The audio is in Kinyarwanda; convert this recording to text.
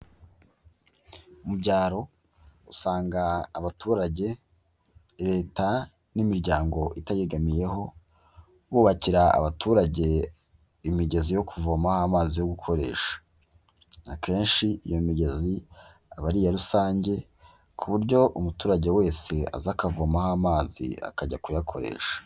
Mu byaro usanga abaturage, leta n'imiryango itayegamiyeho bubakira abaturage imigezi yo kuvoma amazi yo gukoresha. Akenshi iyo migezi aba ariya rusange ku buryo umuturage wese aza akavomaho amazi akajya kuyakoresha.